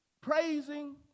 praising